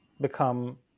become